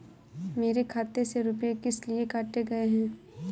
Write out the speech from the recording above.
मेरे खाते से रुपय किस लिए काटे गए हैं?